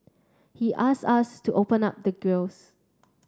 he us us to open up the grilles